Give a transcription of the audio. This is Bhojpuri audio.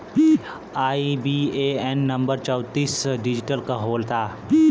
आई.बी.ए.एन नंबर चौतीस डिजिट क होला